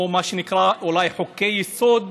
או מה שנקרא אולי חוקי יסוד